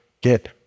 get